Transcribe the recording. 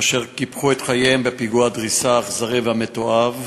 אשר קיפחו את חייהן בפיגוע הדריסה האכזרי והמתועב,